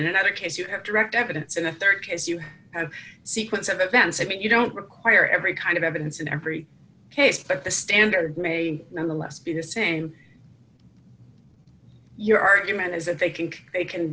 in another case you have direct evidence in the rd case you have sequence of events i mean you don't require every kind of evidence in every case but the standard may nevertheless be the same your argument is that they can they can